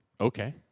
Okay